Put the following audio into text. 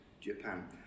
Japan